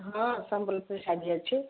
ହଁ ସମ୍ବଲପୁରୀ ଶାଢ଼ି ଅଛି